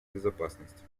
безопасности